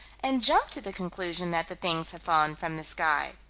and jump to the conclusion that the things have fallen from the sky.